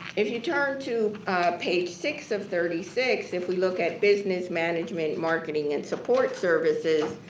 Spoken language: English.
if you turn to page six of thirty six, if we look at business, management, marketing and support services,